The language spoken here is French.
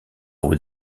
aux